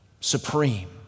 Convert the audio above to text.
supreme